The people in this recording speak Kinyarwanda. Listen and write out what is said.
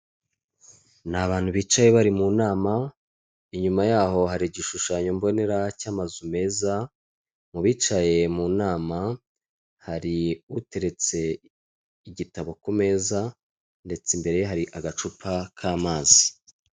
Ni abantu bicaye bari mu nama, inyuma yaho hari igishushanyo mbonera cy'amazu meza. Mu bicaye mu nama, hari uteretse igitabo ku meza ndetse imbere hari agacupa k'amazi.